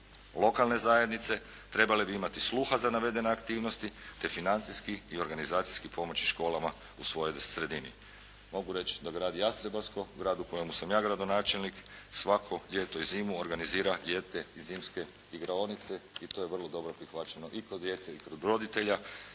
Lokalne zajednice trebale bi imati sluha za navedene aktivnosti te financijski i organizacijski pomoći školama u svojoj sredini. Mogu reći da grad Jastrebarsko, grad u kojem sam ja gradonačelnik, svako ljeto i zimu organizira ljetne i zimske igraonice i to je vrlo dobro prihvaćeno i kod djece i kod roditelja